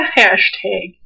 hashtag